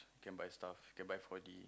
can buy stuff can buy four D